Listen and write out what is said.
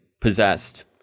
possessed